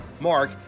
Mark